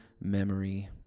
memory